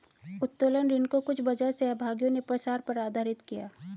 उत्तोलन ऋण को कुछ बाजार सहभागियों ने प्रसार पर आधारित किया